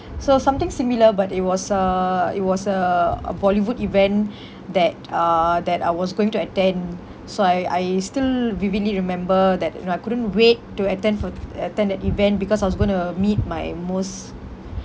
so something similar but it was a it was a a bollywood event that uh that I was going to attend so I I still vividly remember that you know I couldn't wait to attend for to attend the event because I was going to meet my most